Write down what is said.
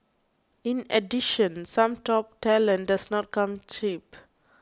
in addition some top talent does not come cheap